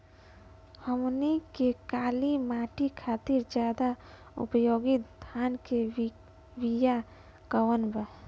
हमनी के काली माटी खातिर ज्यादा उपयोगी धान के बिया कवन बा?